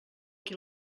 qui